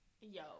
Yo